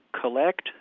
collect